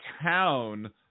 town